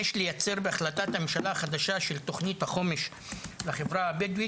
יש לייצר בהחלטת הממשלה החדשה של תוכנית החומש לחברה הבדואית,